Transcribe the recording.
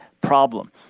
problem